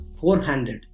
four-handed